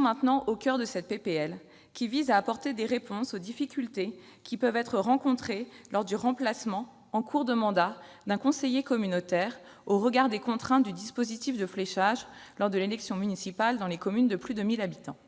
de loi, qui vise à apporter des réponses aux difficultés qui peuvent être rencontrées lors du remplacement, en cours de mandat, d'un conseiller communautaire, au regard des contraintes du dispositif de fléchage lors de l'élection municipale dans les communes de plus de 1 000 habitants.